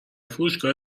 فروشگاه